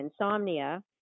insomnia